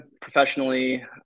professionally